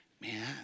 Man